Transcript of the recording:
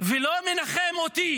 ולא מנחם אותי